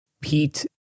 pete